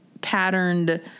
patterned